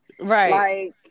Right